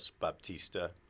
Baptista